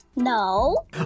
No